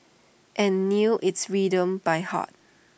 and knew its rhythms by heart